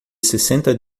sessenta